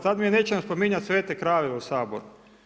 Sad mi nećemo spominjati svete krave u Saboru.